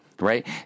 right